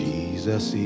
Jesus